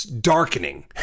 darkening